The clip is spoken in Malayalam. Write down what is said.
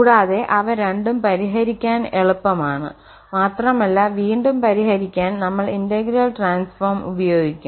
കൂടാതെ അവ രണ്ടും പരിഹരിക്കാൻ എളുപ്പമാണ് മാത്രമല്ല വീണ്ടും പരിഹരിക്കാൻ നമ്മൾ ഇന്റഗ്രൽ ട്രാൻസ്ഫോം ഉപയോഗിക്കും